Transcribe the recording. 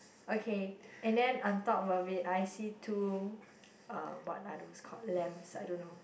okay and then on top of it I see two uh what are those called lambs I don't know